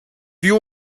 you